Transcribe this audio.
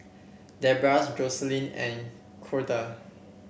Debra Joselyn and Corda